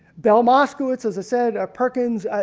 belle mascowitz as i said, perkins